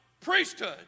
priesthood